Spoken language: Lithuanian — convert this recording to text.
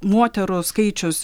moterų skaičius